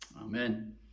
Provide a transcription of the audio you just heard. Amen